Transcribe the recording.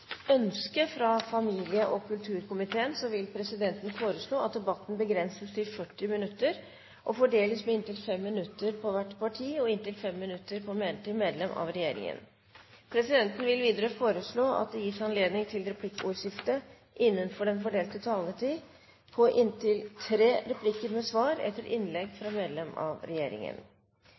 ønske fra familie- og kulturkomiteen vil presidenten foreslå at taletiden begrenses til 40 minutter og fordeles med inntil 5 minutter til hvert parti og inntil 5 minutter til medlem av regjeringen. Presidenten vil videre foreslå at det gis anledning til replikkordskifte på inntil tre replikker med svar etter innlegg fra medlem av